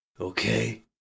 Okay